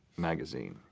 magazine.